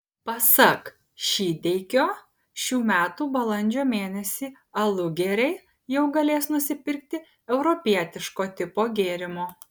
pasak šydeikio šių metų balandžio mėnesį alugeriai jau galės nusipirkti europietiško tipo gėrimo